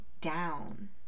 down